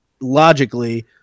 logically